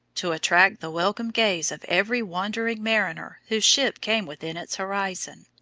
to attract the welcome gaze of every wandering mariner whose ship came within its horizon,